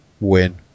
win